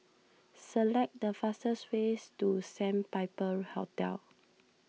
select the fastest ways to Sandpiper Hotel